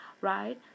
Right